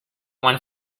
one